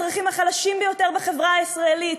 גם במחיר פגיעה באזרחים החלשים ביותר בחברה הישראלית,